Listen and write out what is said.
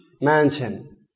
mansion